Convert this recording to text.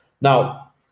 Now